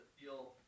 feel